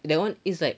that one is like